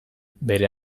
bere